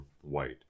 white